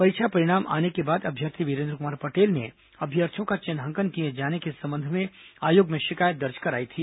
परीक्षा परिणाम आने के बाद अभ्यर्थी वीरेन्द्र कुमार पटेल ने अभ्यर्थियों का चिन्हांकन किए जाने के संबंध में आयोग में शिकायत दर्ज कराई थी